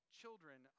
children